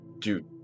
dude